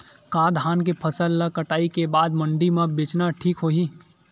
का धान के फसल ल कटाई के बाद मंडी म बेचना ठीक होही?